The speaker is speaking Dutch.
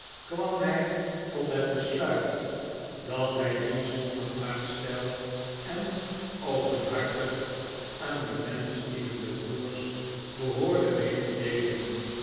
kwam hij tot het besluit dat hij dien zonder uitstel en openhartig aan de menschlievende broers behoorde mee te deelen